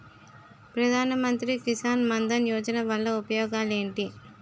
ప్రధాన మంత్రి కిసాన్ మన్ ధన్ యోజన వల్ల ఉపయోగాలు ఏంటి?